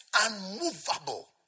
unmovable